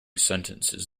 sentences